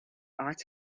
arts